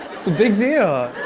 it's a big deal.